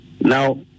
Now